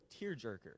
tearjerker